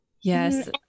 yes